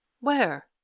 Where